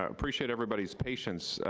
ah appreciate everybody's patience.